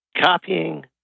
copying